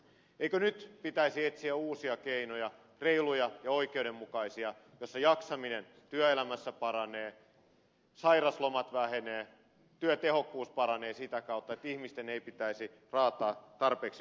eikö nyt pitäisi etsiä uusia keinoja reiluja ja oikeudenmukaisia niin että jaksaminen työelämässä paranee sairauslomat vähenevät työtehokkuus paranee sitä kautta että ihmisten ei pitäisi raataa niin pitkään